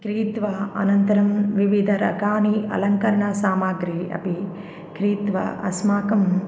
क्रीत्वा अनन्तरं विविधरकानि अलङ्करणसामग्री अपि क्रीत्वा अस्माकम्